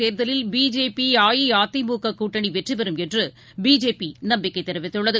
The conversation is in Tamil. தேர்தலில் பிஜேபி அஇஅதிமுககூட்டணிவெற்றிபெறும் என்றுபிஜேபிநம்பிக்கைதெரிவித்துள்ளது